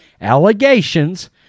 allegations